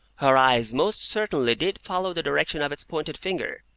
her eyes most certainly did follow the direction of its pointed finger,